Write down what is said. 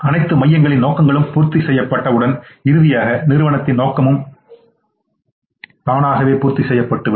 அனைத்து மையங்களின் நோக்கங்களும் பூர்த்தி செய்யப்பட்டவுடன் இறுதியாக நிறுவனத்தின் நோக்கங்கள் பூர்த்தி செய்யப்படும்